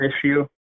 issue